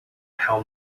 how